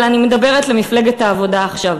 אבל אני מדברת למפלגת העבודה עכשיו.